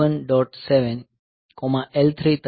7 L 3 તરીકે ગોઠવી રહ્યા છીએ